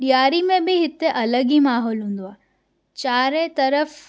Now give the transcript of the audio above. ॾियारी में बि हिते अलॻि ई माहौल हूंदो आहे चारि तर्फ़ु